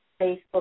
Facebook